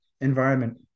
environment